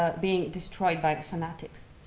ah being destroyed by the fanatics.